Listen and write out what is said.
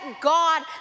God